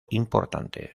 importante